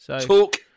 Talk